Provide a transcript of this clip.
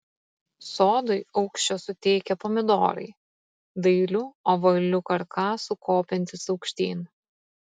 sodui aukščio suteikia pomidorai dailiu ovaliu karkasu kopiantys aukštyn